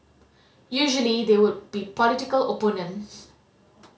usually they would be political opponents